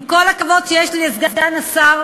עם כל הכבוד שיש לי לסגן השר,